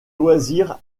loisirs